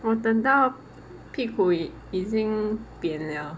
我等到屁股已已经扁了